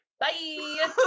Bye